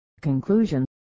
Conclusion